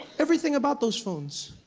everything about those phones.